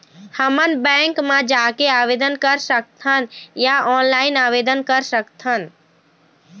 हमन बैंक मा जाके आवेदन कर सकथन या ऑनलाइन आवेदन कर सकथन?